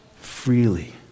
freely